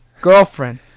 girlfriend